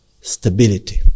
stability